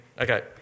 Okay